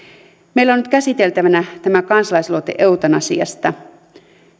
meillä on nyt käsiteltävänä kansalaisaloite eutanasiasta